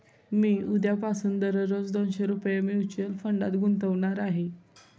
मी उद्यापासून दररोज दोनशे रुपये म्युच्युअल फंडात गुंतवणार आहे